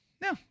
No